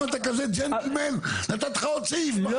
אם אתה כזה ג'נטלמן, נתתי לך עוד סעיף בחוק.